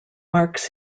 marks